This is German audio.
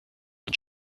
von